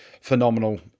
phenomenal